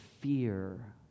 fear